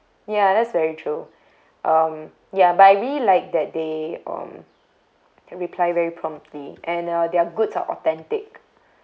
ya that's very true um ya by we like that they um reply very promptly and uh their goods are authentic